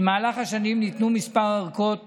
במהלך השנים ניתנו כמה ארכות